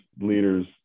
leaders